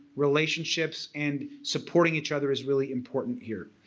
relationships and supporting each other is really important here.